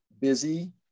busy